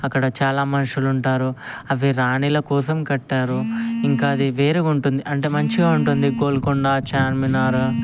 అక్కడ చాలా మనుషులు ఉంటారు అవి రాణులకోసం కట్టారు ఇంకా అది వేరుగా ఉంటుంది అంటే మంచిగా ఉంటుంది గోల్కొండ చార్మినార్